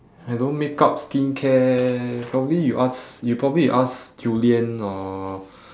I don't makeup skincare probably you ask you probably you ask julian or